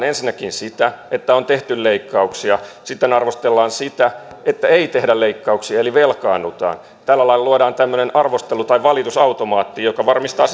ensinnäkin sitä että on tehty leikkauksia sitten arvostellaan sitä että ei tehdä leikkauksia eli velkaannutaan tällä lailla luodaan tämmöinen arvostelu valitusautomaatti joka varmistaa